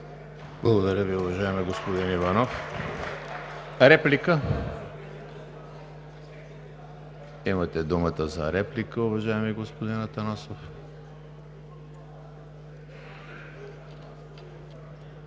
Благодаря, уважаеми господин Иванов. Реплика? Имате думата за реплика, уважаеми господин Атанасов.